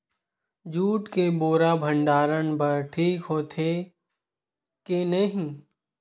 Jute के बोरा भंडारण बर ठीक होथे के नहीं?